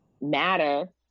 matter